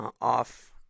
off